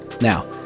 Now